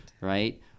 right